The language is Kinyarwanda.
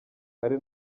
ari